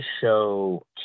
show